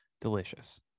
delicious